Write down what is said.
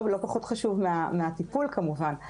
לא פחות מהטיפול כמובן.